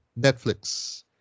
Netflix